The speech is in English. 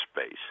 space